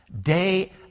Day